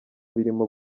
birimo